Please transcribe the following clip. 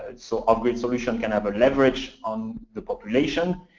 and so off-grid solutions can have a leverage on the population.